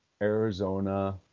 Arizona